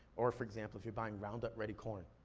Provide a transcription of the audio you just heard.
or for example, if you're buying ground-up ready corn,